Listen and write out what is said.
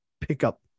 pickup